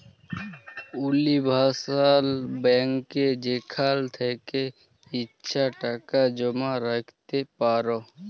universal ব্যাংকে যেখাল থ্যাকে ইছা টাকা জমা রাইখতে পার